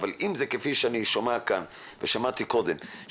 אבל אם זה כפי שאני שומע כאן ושמעתי קודם,